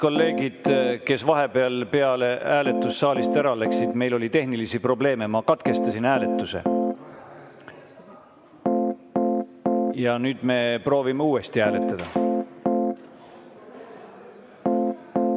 Head kolleegid, kes vahepeal, peale hääletust, saalist ära läksid, meil oli tehnilisi probleeme, ma katkestasin hääletuse ja nüüd me proovime uuesti hääletada. Jaa,